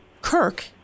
Kirk